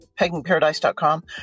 peggingparadise.com